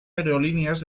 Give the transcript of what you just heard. aerolíneas